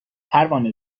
پروانه